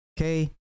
Okay